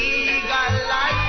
Legalize